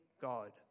God